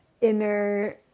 inner